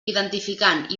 identificant